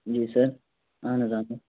جی sir اہن حظ اہن حظ